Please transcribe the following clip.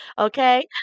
Okay